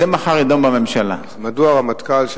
מחר זה יידון בממשלה.